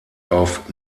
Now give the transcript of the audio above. auf